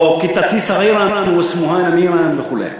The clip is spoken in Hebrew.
או: קטתי צע'ירה ואסמהא נמירה, וכו'.